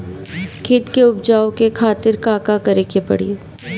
खेत के उपजाऊ के खातीर का का करेके परी?